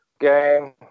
game